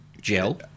Gel